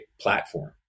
platform